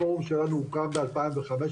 הפורום שלנו הוקם ב-2015,